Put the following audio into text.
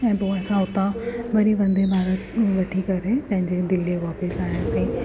ऐं पोइ असां उता वरी वंदे भारत वठी करे पंहिंजे दिल्लीअ वापिसि आयासीं